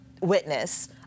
witness